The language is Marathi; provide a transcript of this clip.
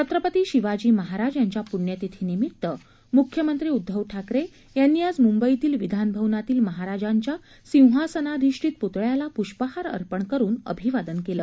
छत्रपती शिवाजी महाराज यांच्या पुण्यतिथीनिमित्त मुख्यमंत्री उद्धव ठाकरे यांनी आज मुंबईतील विधानभवनातील महाराजांच्या सिंहसनाधिष्टीत पुतळ्याला पुष्पहार अर्पण करुन अभिवादन केलं